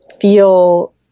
feel